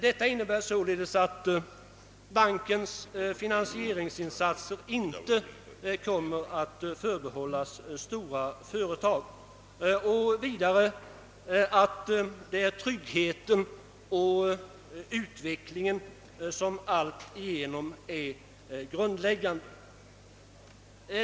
Detta innebär således att bankens finansieringsinsatser inte kommer att förbehållas stora företag och vidare att det är tryggheten och utvecklingen som alltigenom är grundläggande.